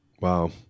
Wow